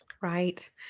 Right